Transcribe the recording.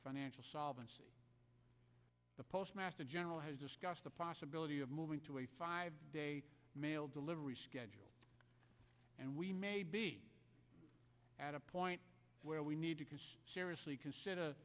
financial solvency the postmaster general has discussed the possibility of moving to a five day mail delivery schedule and we may be at a point where we need to seriously consider